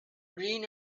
green